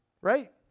right